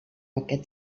aquest